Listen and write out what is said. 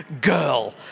girl